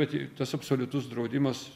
bet jei tas absoliutus draudimas